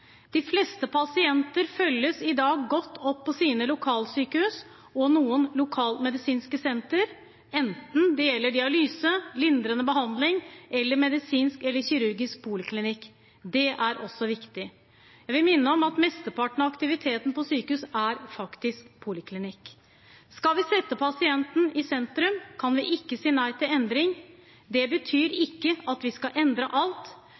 De fleste pasienter følges i dag godt opp av sine lokalsykehus og noen lokalmedisinske sentre, enten det gjelder dialyse, lindrende behandling eller medisinsk eller kirurgisk poliklinikk. Det er også viktig. Jeg vil minne om at mesteparten av aktiviteten på sykehus er faktisk poliklinikk. Skal vi sette pasienten i sentrum, kan vi ikke si nei til endring. Det betyr ikke at vi skal endre alt,